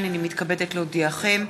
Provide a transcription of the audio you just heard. הנני מתכבדת להודיעכם,